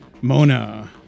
Mona